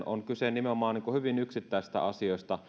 on kyse nimenomaan hyvin yksittäisistä asioista